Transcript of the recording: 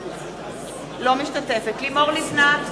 אינה משתתפת בהצבעה לימור לבנת,